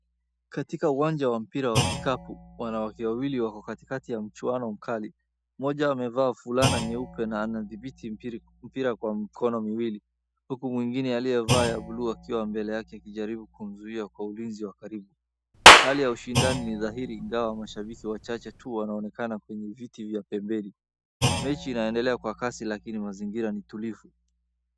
Katika uwanja wa mpira wa kikapu, wanawake wawili wako katikati ya mchuano mkali. Mmoja wao amevaa fulana nyeupe na anadhibiti mpira-mpira kwa mikono miwili, huku mwingine aliyevaa ya buluu akiwa mbele yake akijaribu kumzuia kwa ulinzi wa karibu. Hali ya ushindani ni dhahiri ipenye viti vya pembeni. Mechi inaendelea kwa kasi lakini mazingira ni tulivu.